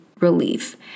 relief